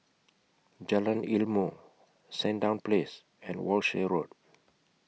Jalan Ilmu Sandown Place and Walshe Road